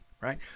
right